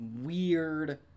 weird